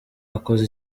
akoze